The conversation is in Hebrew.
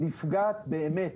נפגעת באמת.